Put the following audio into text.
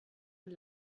und